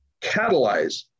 catalyze